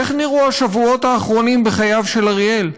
איך נראו השבועות האחרונים בחייו של אריאל?